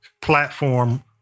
platform